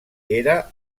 era